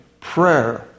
prayer